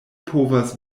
povas